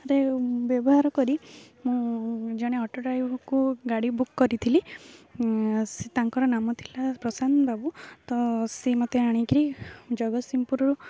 ରେ ବ୍ୟବହାର କରି ମୁଁ ଜଣେ ଅଟୋ ଡ୍ରାଇଭର୍କୁ ଗାଡ଼ି ବୁକ୍ କରିଥିଲି ସେ ତାଙ୍କର ନାମ ଥିଲା ପ୍ରଶାନ୍ତ ବାବୁ ତ ସେ ମୋତେ ଆଣିକି ଜଗତସିଂହପୁରରୁ